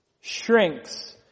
shrinks